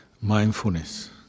mindfulness